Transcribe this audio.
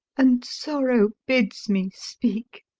and sorrow bids me speak.